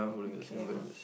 okay